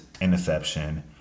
interception